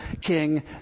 king